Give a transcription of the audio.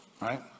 right